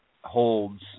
holds